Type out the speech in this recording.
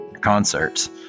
concerts